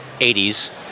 80s